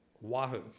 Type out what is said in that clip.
Wahoo